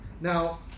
Now